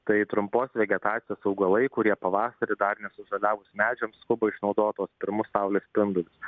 tai trumpos vegetacijos augalai kurie pavasarį dar nesužaliavus medžiams skuba išnaudot tuos pirmus saulės spindulius